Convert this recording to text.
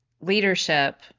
leadership